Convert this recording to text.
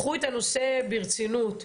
קחו את הנושא ברצינות,